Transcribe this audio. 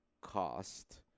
cost